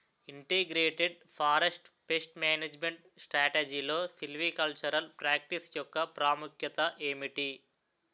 Integrated forest pest management స్ట్రాటజీలో silvicultural practice యెక్క ప్రాముఖ్యత ఏమిటి??